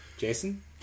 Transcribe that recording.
Jason